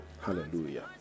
hallelujah